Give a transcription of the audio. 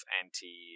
anti